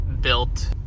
built